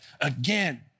again